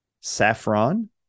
saffron